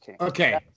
Okay